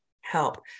help